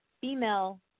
Female